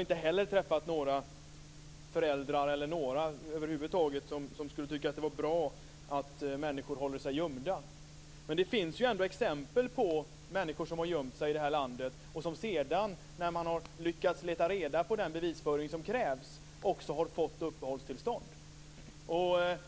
Inte heller jag har träffat några föräldrar eller över huvud taget någon som tycker att det är bra att människor håller sig gömda, men det finns ändå exempel på människor som har gömt sig i vårt land och som när de har lyckats leta fram de bevis som krävs har fått uppehållstillstånd.